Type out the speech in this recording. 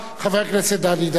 חבר הכנסת דני דנון.